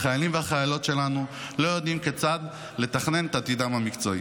החיילים והחיילות שלנו לא יודעים כיצד לתכנן את עתידם המקצועי.